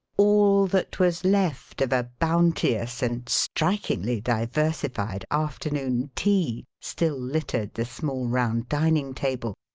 all that was left of a bounteous and strikingly diversified afternoon tea still littered the small round dining table,